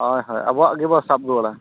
ᱦᱳᱭ ᱦᱳᱭ ᱟᱵᱚᱣᱟ ᱜᱮᱵᱚ ᱥᱟᱵ ᱨᱩᱣᱟᱹᱲᱟ